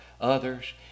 others